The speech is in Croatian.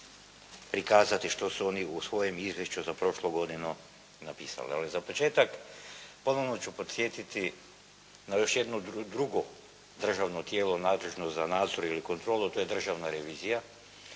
prikazati što su oni u svojem izvješću za prošlu godinu napisali. Ali za početak ponovno ću podsjetiti na jedno drugo državno tijelo nadležno za nadzor ili kontrolu, a to je državna revizija